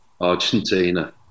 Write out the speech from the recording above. Argentina